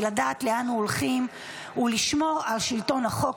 לדעת לאן הולכים ולשמור על שלטון החוק,